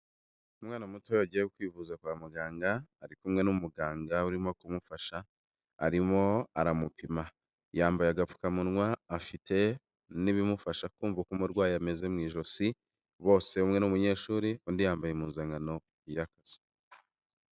Umwana muto wagiye kwivuza kwa muganga, ari kumwe n'umuganga urimo kumufasha, arimo aramupima. Yambaye agapfukamunwa, afite n'ibimufasha kumva uko umurwayi ameze mu ijosi, bose umwe ni umunyeshuri undi yambaye impuzankano y'akazi.